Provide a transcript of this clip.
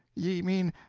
ye mean,